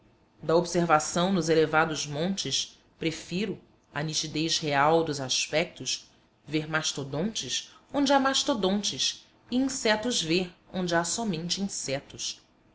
da observação nos elevados montes prefiro à nitidez real dos aspectos ver mastodontes onde há mastodontes e insetos ver onde há somente insetos